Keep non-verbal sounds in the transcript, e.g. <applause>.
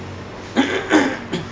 <coughs>